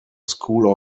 school